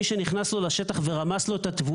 כי מי שנכנס לו לשטח ורמס לו את התבואה,